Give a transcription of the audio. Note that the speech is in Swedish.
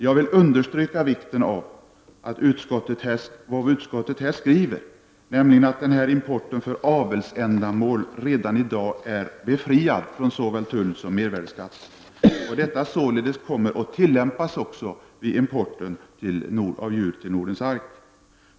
Jag vill understryka vikten av vad utskottet här skriver, nämligen att denna import för avelsändamål redan i dag är befriad från såväl tull som mervärdeskatt och att detta således även kommer att tillämpas vid import av djur till Nordens ark.